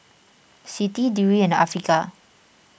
Siti Dewi and Afiqah